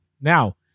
Now